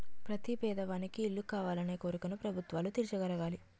ప్రతి పేదవానికి ఇల్లు కావాలనే కోరికను ప్రభుత్వాలు తీర్చగలగాలి